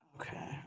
Okay